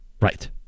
Right